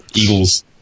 Eagles